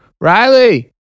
Riley